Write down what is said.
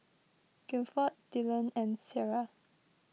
Gifford Dillan and Ciarra